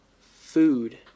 food